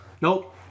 Nope